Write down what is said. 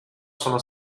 sono